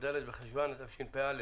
כ"ד בחשוון התשפ"א.